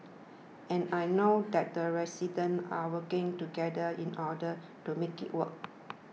and I know that the residents are working together in order to make it work